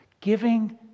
Giving